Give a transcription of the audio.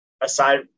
aside